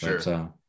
sure